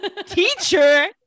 teacher